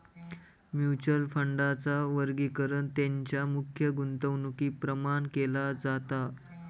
mutual फंडांचा वर्गीकरण तेंच्या मुख्य गुंतवणुकीप्रमाण केला जाता